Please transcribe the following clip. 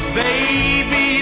baby